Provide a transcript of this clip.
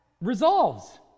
resolves